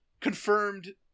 confirmed